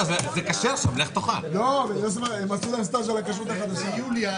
אני כרגע מדלג על ההקראה של סעיף 5 כי הוא ישונה